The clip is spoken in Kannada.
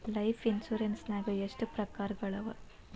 ಲೈಫ್ ಇನ್ಸುರೆನ್ಸ್ ನ್ಯಾಗ ಎಷ್ಟ್ ಪ್ರಕಾರ್ಗಳವ?